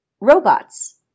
robots